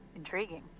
intriguing